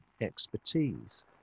expertise